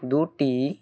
দুটি